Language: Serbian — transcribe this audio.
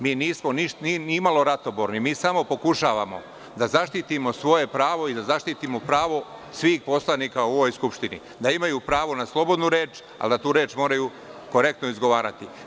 Mi nismo ni malo ratoborni, mi samo pokušavamo da zaštitimo svoje pravo i da zaštitimo pravo svih poslanika u ovoj Skupštini, da imaju pravo na slobodnu reč, a da tu reč moraju korektno izgovarati.